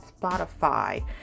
Spotify